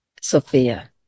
Sophia